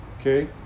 okay